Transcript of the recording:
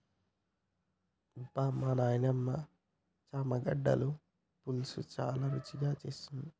అబ్బమా నాయినమ్మ చామగడ్డల పులుసు చాలా రుచిగా చేస్తుంది